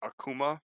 akuma